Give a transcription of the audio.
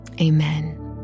Amen